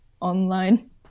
online